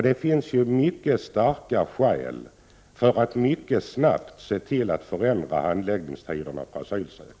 Det finns starka skäl för att mycket snabbt förändra handläggningstiderna för asylsökande.